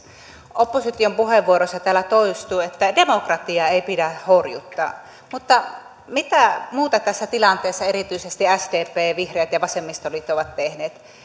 opposition puheenvuoroissa täällä toistuu että demokratiaa ei pidä horjuttaa mutta mitä muuta tässä tilanteessa erityisesti sdp vihreät ja vasemmistoliitto ovat tehneet